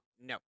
No